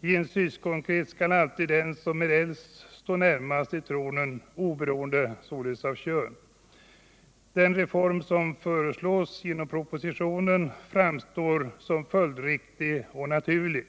I en syskonkrets skall alltid den som är äldst stå närmast till tronen, oberoende av kön. Den reform som föreslås i propositionen framstår som följdriktig och naturlig.